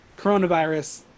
coronavirus